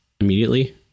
immediately